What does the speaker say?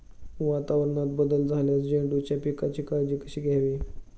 वातावरणात बदल झाल्यास झेंडूच्या पिकाची कशी काळजी घ्यावी?